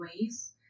ways